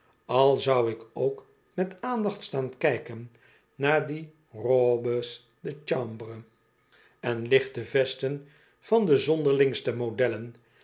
al zou ik ook met aandacht staan kijken naar die robes de chambre en lichte vesten van de zonderlingste modellen